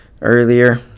earlier